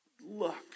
Look